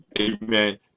Amen